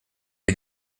les